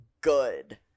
good